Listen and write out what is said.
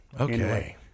okay